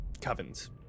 Coven's